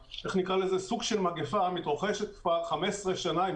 הסוג של המגפה הזאת מתרחש כבר 15 שנים,